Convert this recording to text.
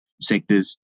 sectors